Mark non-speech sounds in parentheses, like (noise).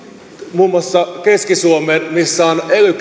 muun muassa keski suomeen missä on ely (unintelligible)